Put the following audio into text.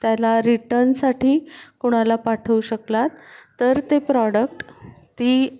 त्याला रिटर्नसाठी कुणाला पाठवू शकलात तर ते प्रॉडक्ट ती